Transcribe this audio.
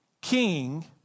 king